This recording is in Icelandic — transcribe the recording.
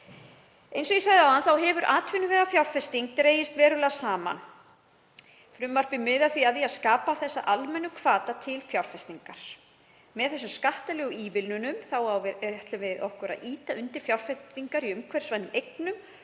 Eins og ég sagði áðan hefur atvinnuvegafjárfesting dregist verulega saman. Frumvarpið miðar því að því að skapa almenna atvinnurekstrarhvata til fjárfestingar. Með þessum skattalegu ívilnunum ætlum við okkur að ýta undir fjárfestingar í umhverfisvænum eignum.